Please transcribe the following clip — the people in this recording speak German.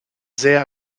sehr